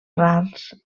rars